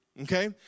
Okay